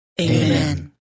Amen